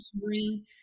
hearing